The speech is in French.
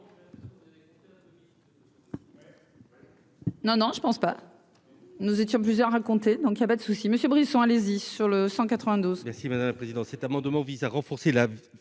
Non, non je pense pas, nous étions plusieurs à raconter, donc il y a pas de souci, monsieur Brisson Alesi sur le 192.